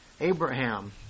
Abraham